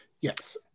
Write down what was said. yes